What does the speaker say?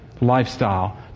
lifestyle